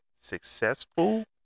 successful